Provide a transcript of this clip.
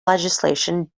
legislation